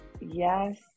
yes